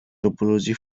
topology